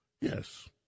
Yes